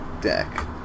deck